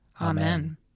Amen